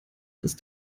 ist